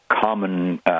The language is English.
common